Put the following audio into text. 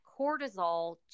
cortisol